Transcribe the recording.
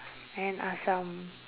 and asam